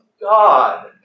God